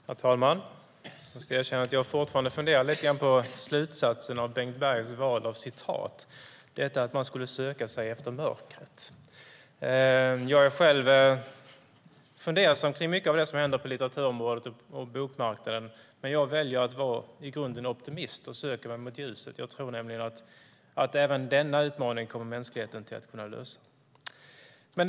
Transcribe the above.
Herr talman! Jag måste erkänna att jag fortfarande funderar lite grann på slutsatsen av Bengt Bergs val av citat - att man skulle söka sig efter mörkret. Jag är själv fundersam över mycket av det som händer på litteraturområdet och bokmarknaden, men jag väljer att i grunden vara optimist och söka mig mot ljuset. Jag tror nämligen att mänskligheten kommer att kunna lösa även denna utmaning.